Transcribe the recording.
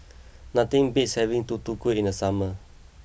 nothing beats having Tutu Kueh in the summer